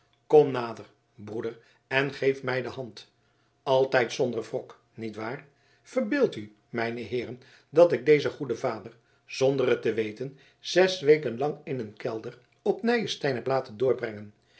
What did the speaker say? kom nader broeder en geef mij de hand altijd zonder wrok nietwaar verbeeldt u mijne heeren dat ik dezen goeden vader zonder het te weten zes weken lang in een kelder op nyenstein heb laten doorbrengen